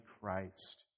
Christ